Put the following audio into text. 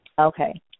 Okay